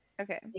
Okay